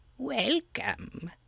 Welcome